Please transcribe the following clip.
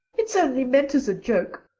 it's only meant as a joke.